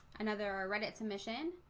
another ah reddit submission,